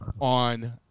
on